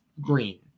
green